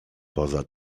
poza